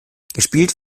gespielt